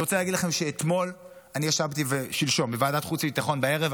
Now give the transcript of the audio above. אני רוצה להגיד לכם ששלשום אני ישבתי בוועדת החוץ והביטחון בערב,